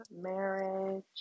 marriage